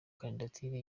kandidatire